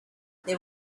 there